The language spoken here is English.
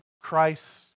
Christ